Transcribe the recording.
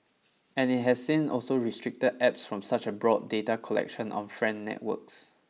and it has seem also restricted Apps from such a broad data collection on friend networks